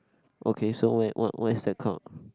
okay so where what what is that called